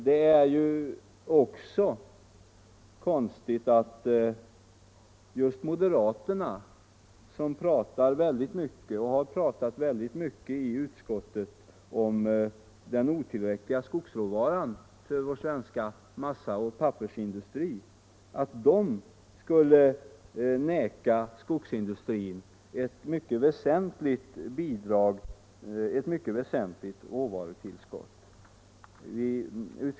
Det är ju också konstigt att just moderaterna, som talar väldigt mycket om -— det har de gjort även i utskottet — den otillräckliga skogsråvaran för vår svenska massaoch pappersindustri, skulle neka skogsindustrin ett mycket väsentligt råvarutillskott.